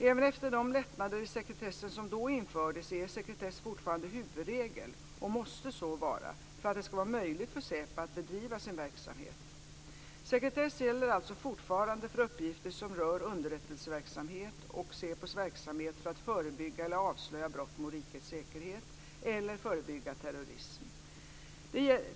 Även efter de lättnader i sekretessen som då infördes är sekretess fortfarande huvudregel och måste så vara för att det ska vara möjligt för SÄPO att bedriva sin verksamhet. Sekretess gäller alltså fortfarande för uppgifter som rör underrättelseverksamhet och SÄPO:s verksamhet för att förebygga eller avslöja brott mot rikets säkerhet eller förebygga terrorism.